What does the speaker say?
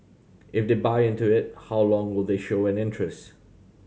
if they buy into it how long will they show an interest